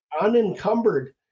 unencumbered